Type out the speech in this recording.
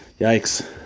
yikes